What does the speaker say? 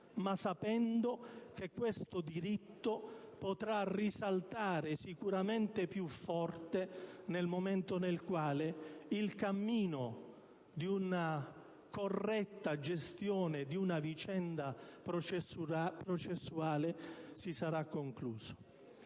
ma sapendo che questo diritto potrà risaltare sicuramente più forte nel momento in cui il cammino di una corretta gestione di una vicenda processuale si sarà concluso.